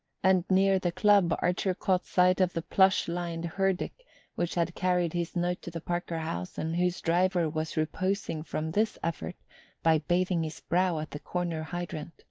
and near the club archer caught sight of the plush-lined herdic which had carried his note to the parker house, and whose driver was reposing from this effort by bathing his brow at the corner hydrant.